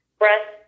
breath